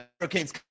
Hurricanes